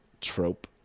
trope